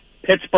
Pittsburgh